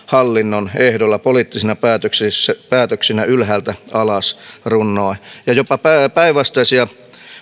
hallinnon ehdoilla poliittisina päätöksinä ylhäältä alas runnoen on tehty jopa päinvastaisia